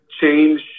change